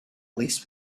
least